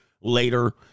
Later